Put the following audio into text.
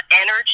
energy